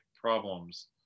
problems